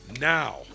now